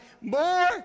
More